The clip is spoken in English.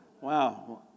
Wow